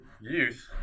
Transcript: youth